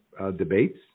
debates